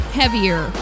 heavier